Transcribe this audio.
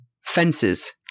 Fences